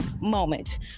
moment